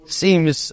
seems